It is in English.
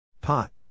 Pot